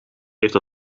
heeft